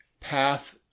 path